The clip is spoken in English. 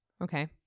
Okay